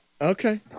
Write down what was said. Okay